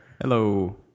Hello